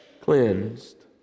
Cleansed